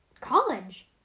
College